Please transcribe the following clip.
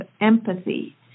empathy